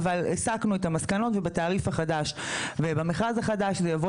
אבל הסקנו את המסקנות ובתעריף החדש ובמכרז החדש זה יבוא